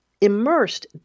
immersed